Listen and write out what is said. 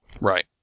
Right